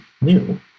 new